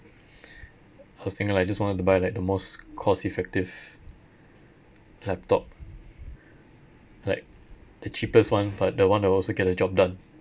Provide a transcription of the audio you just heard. I was thinking like I just wanted to buy like the most cost-effective laptop like the cheapest one but the one that will also get the job done